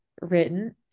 written